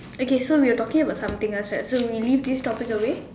okay so we were talking about something else right so we leave this topic away